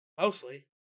Mostly